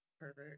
Perfect